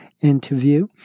interview